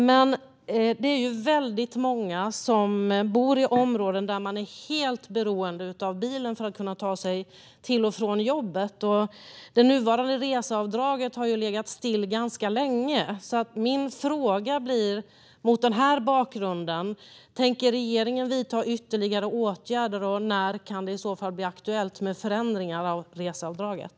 Men många bor i områden där man är helt beroende av bilen för att kunna ta sig till och från jobbet. Det nuvarande reseavdraget har legat stilla länge. Mot den här bakgrunden undrar jag om regeringen tänkte vidta ytterligare åtgärder och när det i så fall kan bli aktuellt med förändringar i reseavdraget.